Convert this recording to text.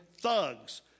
thugs